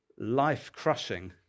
life-crushing